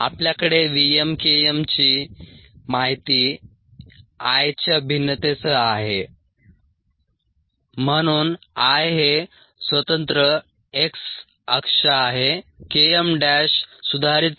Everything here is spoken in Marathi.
आपल्याकडे Vm Km ची माहिती I च्या भिन्नतेसह आहे म्हणून I हे स्वतंत्र x अक्ष आहे Km' सुधारित Km हा y अक्ष आहे